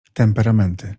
temperamenty